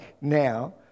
now